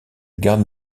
garde